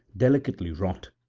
delicately-wrought,